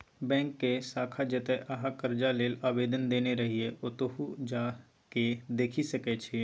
बैकक शाखा जतय अहाँ करजा लेल आवेदन देने रहिये ओतहु जा केँ देखि सकै छी